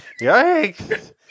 Yikes